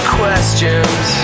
questions